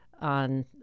on